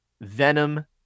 venom